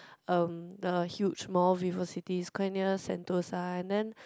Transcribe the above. um the huge mall VivoCity it's quite near Sentosa and then